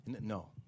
No